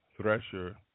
Thresher